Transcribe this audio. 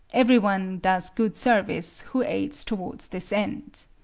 everyone does good service, who aids towards this end.